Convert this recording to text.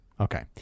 Okay